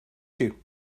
you